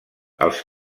els